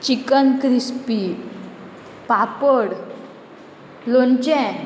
chicken crispy papad लोणचें